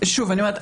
שוב אני אומרת,